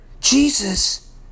Jesus